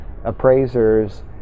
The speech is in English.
appraisers